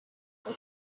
they